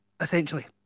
essentially